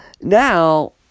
now